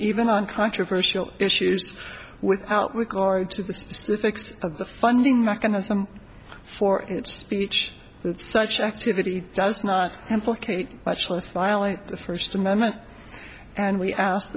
even on controversial issues without regard to the specifics of the funding mechanism for speech such activity does not implicate much less violate the first amendment and we ask